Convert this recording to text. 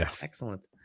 Excellent